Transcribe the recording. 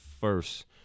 first